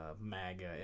MAGA